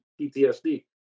PTSD